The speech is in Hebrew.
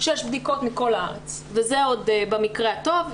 שש בדיקות מכל הארץ, וזה עוד במקרה הטוב.